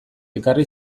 ekarri